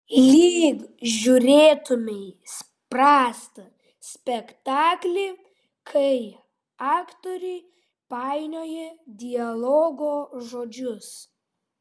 lyg žiūrėtumei prastą spektaklį kai aktoriai painioja dialogo žodžius